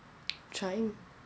trying